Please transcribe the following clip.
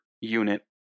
unit